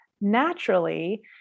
naturally